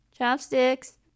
Chopsticks